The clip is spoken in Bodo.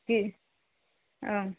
बि ओं